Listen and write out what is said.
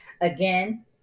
again